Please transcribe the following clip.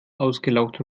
ausgelaugt